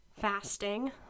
fasting